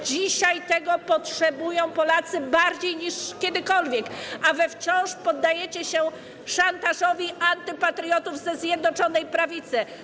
Dzisiaj tego potrzebują Polacy bardziej niż kiedykolwiek, a wy wciąż poddajecie się szantażowi antypatriotów ze Zjednoczonej Prawicy.